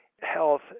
health